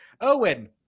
owen